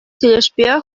тӗлӗшпе